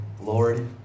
Lord